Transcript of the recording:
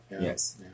Yes